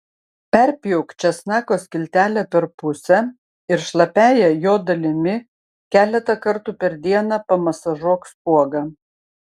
perpjauk česnako skiltelę per pusę ir šlapiąja jo dalimi keletą kartų per dieną pamasažuok spuogą